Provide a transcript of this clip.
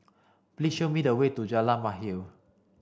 please show me the way to Jalan Mahir